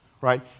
right